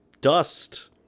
dust